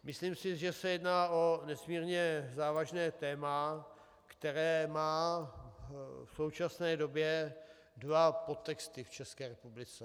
Myslím si, že se jedná o nesmírně závažné téma, které má v současné době dva podtexty v České republice.